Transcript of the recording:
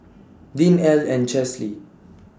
Deann Ell and Chesley